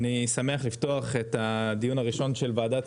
אני שמח לפתוח את הדיון הראשון של ועדת